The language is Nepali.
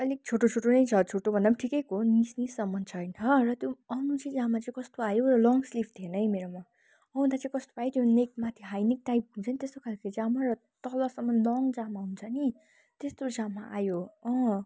अलिक छोटो छोटो नै छ छोटो भन्दा पनि ठिकैको निज निजसम्म छ होइन र त्यो आउनु चाहिँ जामा कस्तो आयो भने लङसिल्भ थिएन है मेरोमा आउँदा चाहिँ कस्तो आयो त्यो नेकमाथि हाइनेक टाइप हुन्छ नि त्यस्तो खालको जामा र तलसम्म लङ जामा हुन्छ नि त्यस्तो जामा आयो अँ